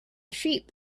sheep